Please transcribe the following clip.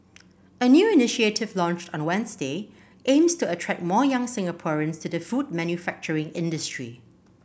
a new initiative launched on Wednesday aims to attract more young Singaporeans to the food manufacturing industry